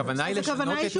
הכוונה היא לשנות את הנוסח.